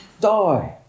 die